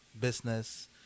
business